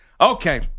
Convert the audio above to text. okay